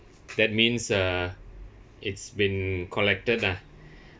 that means uh it's been collected lah